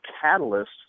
catalyst